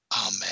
Amen